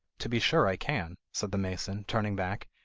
to be sure i can said the mason, turning back,